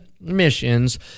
missions